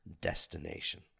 destination